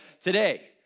today